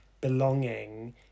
belonging